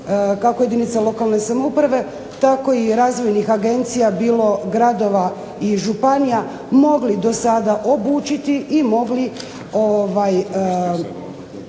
kako jedinica lokalne samouprave, tako i razvojnih agencija bilo gradova i županija mogli do sada obučiti i mogli